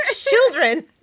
children